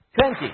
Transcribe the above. twenty